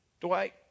Dwight